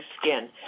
skin